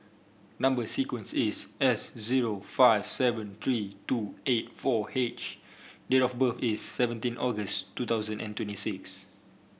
number sequence is S zero five seven three two eight four H date of birth is seventeen August two thousand and twenty six